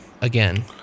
again